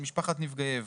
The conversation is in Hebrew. על משפחת נפגעי איבה.